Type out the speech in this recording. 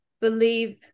believe